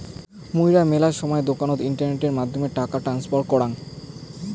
মুইরা মেলা সময় দোকানে ইন্টারনেটের মাধ্যমে টাকা ট্রান্সফার করাং